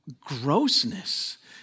grossness